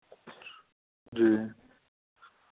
जी